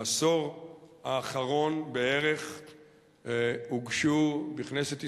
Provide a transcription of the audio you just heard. בעשור האחרון הוגשו בכנסת ישראל,